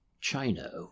China